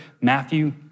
Matthew